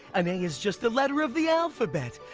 an a is just a letter of the alphabet!